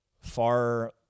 far